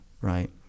right